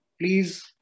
Please